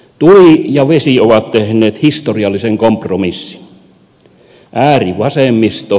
tuli ja vesi ovat tehneet historiallisen kompromissin